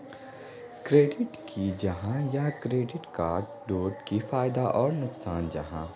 Credit की जाहा या क्रेडिट कार्ड डोट की फायदा आर नुकसान जाहा?